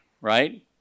right